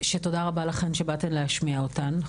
תודה רבה לכן שבאתן להשמיע אותם,